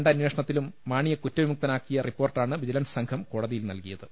F അന്വേഷണത്തിലും മാണിയെ കുറ്റവിമുക്തനാക്കിയ റിപ്പോർട്ടാണ് വിജിലൻസ് സംഘം കോടതിയിൽ നൽകിയത്